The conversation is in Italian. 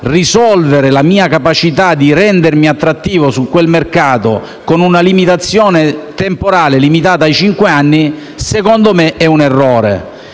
risolvere la capacità di rendersi attrattivi su quel mercato con una limitazione temporale limitata a cinque anni, secondo me è un errore.